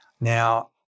Now